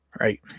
right